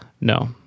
No